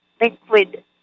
liquid